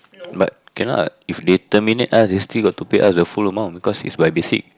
but cannot if they terminate us they still got to pay us the full amount because is by basic